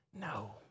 No